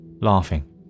laughing